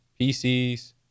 PCs